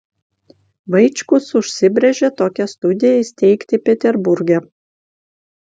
vaičkus užsibrėžė tokią studiją įsteigti peterburge